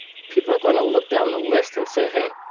people are going to look down the list and say, hey,